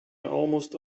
almost